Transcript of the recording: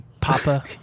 Papa